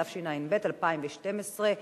התשע"ב 2012,